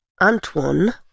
Antoine